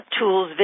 tools